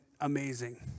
amazing